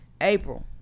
April